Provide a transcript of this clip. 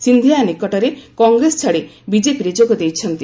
ସିନ୍ଧିଆ ନିକଟରେ କଂଗ୍ରେସ ଛାଡ଼ି ବିଜେପିରେ ଯୋଗଦେଇଛନ୍ତି